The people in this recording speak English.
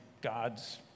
God's